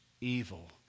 evil